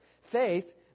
faith